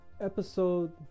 episode